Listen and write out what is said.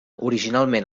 originalment